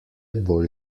bolj